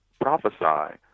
prophesy